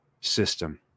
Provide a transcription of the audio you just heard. system